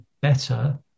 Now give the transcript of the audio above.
better